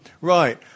Right